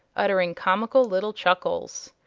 uttering comical little chuckles.